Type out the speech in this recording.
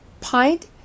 pint